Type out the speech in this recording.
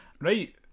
Right